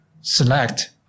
select